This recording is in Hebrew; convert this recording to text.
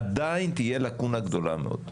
עדיין תהיה לקונה גדולה מאוד.